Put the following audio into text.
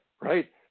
right